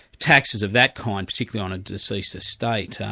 taxes of that kind, particularly on a deceased estate,